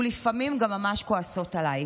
ולפעמים גם ממש כועסות עליי.